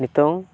ᱱᱤᱛᱚᱝ